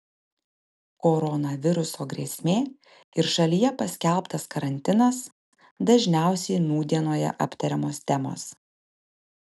koronaviruso grėsmė ir šalyje paskelbtas karantinas dažniausiai nūdienoje aptariamos temos